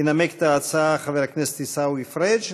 ינמק את ההצעה חבר הכנסת עיסאווי פריג.